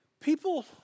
People